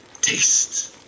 taste